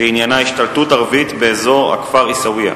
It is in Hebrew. שעניינה: השתלטות ערבית באזור הכפר עיסאוויה.